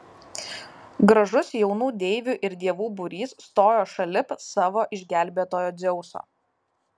gražus jaunų deivių ir dievų būrys stojo šalip savo išgelbėtojo dzeuso